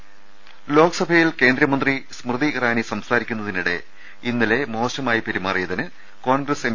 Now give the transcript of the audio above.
ദർവ്വെടു ലോക്സഭയിൽ കേന്ദ്രമന്ത്രി സ്മൃതി ഇറാനി സംസാരിക്കുന്നതിനിടെ ഇന്നലെ മോശമായി പെരുമാറിയതിന് കോൺഗ്രസ് എം